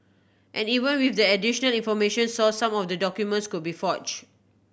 and even with the additional information source some of the documents could be forge